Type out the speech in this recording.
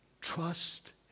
trust